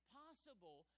possible